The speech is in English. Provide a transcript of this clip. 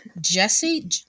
jesse